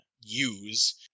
use